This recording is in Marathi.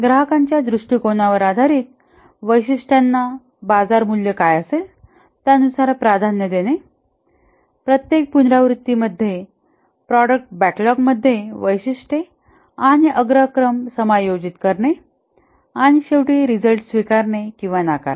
ग्राहकांच्या दृष्टीकोनावर आधारित वैशिष्ट्यांना बाजार मूल्य काय असेल त्यानुसार प्राधान्य देणे प्रत्येक पुनरावृत्ती मध्ये प्रॉडक्ट बॅकलॉगमध्ये वैशिष्ट्ये आणि अग्रक्रम समायोजित करणे आणि शेवटी रिझल्ट्स स्वीकारणे किंवा नाकारणे